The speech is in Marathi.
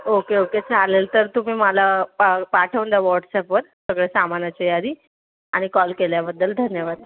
ओके ओके चालेल तर तुम्ही मला पा पाठवून द्या वॉट्सअपवर सगळं सामानाची यादी आणि कॉल केल्याबद्दल धन्यवाद